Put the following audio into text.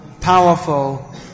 powerful